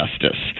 justice